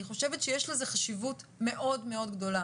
אני חושבת שיש לזה חשיבות גדולה מאוד,